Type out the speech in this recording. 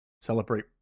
celebrate